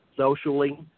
Socially